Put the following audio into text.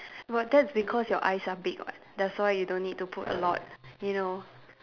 but that's because your eyes are big [what] that's why you don't need to put a lot you know